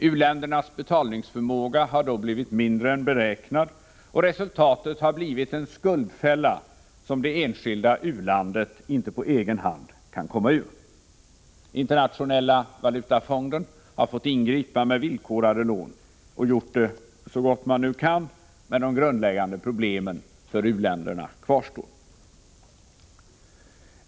U-ländernas betalningsförmåga har då blivit mindre än beräknad, och resultatet har blivit en skuldfälla, som det enskilda u-landet icke på egen hand kan komma ur. Internationella valutafonden har fått ingripa med villkorade lån, och gjort det så gott man kan, men de grundläggande problemen för u-länderna kvarstår.